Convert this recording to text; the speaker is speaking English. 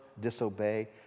disobey